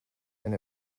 and